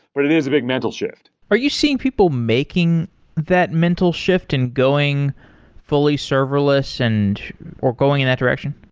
but it is a big mental shift. are you seeing people making that mental shift and going fully serverless and or going in that direction?